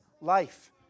life